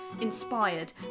inspired